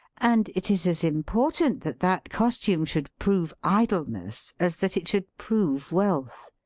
and it is as important that that costume should prove idleness as that it should prove wealth.